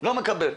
לא מקבלת.